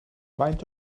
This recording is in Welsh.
faint